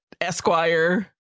Esquire